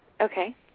Okay